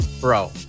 bro